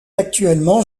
actuellement